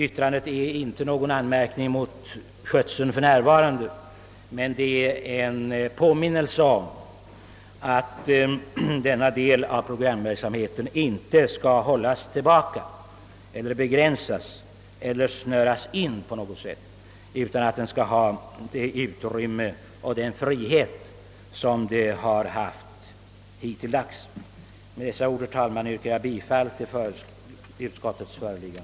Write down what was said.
Yttrandet innehåller inte någon anmärkning mot den nuvarande skötseln av dessa program, men det utgör en påminnelse om att denna del av programverksamheten inte skall hållas tillbaka eller begränsas på något sätt utan även i framtiden bör få det utrymme och den frihet som den hittills haft. Herr talman! Med dessa ord ber jag få yrka bifall till utskottets hemställan.